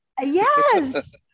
Yes